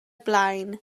blaen